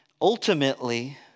Ultimately